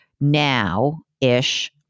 now-ish